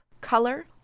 color